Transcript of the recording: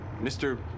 Mr